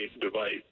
device